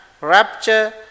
rapture